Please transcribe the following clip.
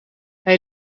hij